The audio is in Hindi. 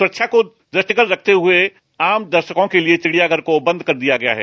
सुरक्षा को दृष्टिगत रखते हुए आम दर्शकों के लिए चिड़ियाघर को बंद कर दिया गया है